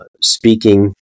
Speaking